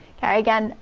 okay, again,